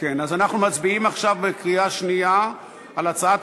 אנחנו מצביעים עכשיו בקריאה שנייה על הצעת